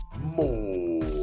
more